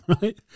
Right